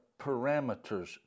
parameters